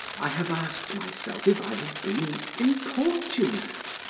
i have asked myself if i have been importunate.